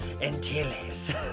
Antilles